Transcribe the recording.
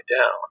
down